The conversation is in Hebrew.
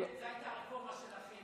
זאת הייתה הרפורמה שלכם,